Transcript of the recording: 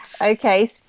Okay